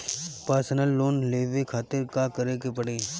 Personal loan लेवे खातिर का करे के पड़ी?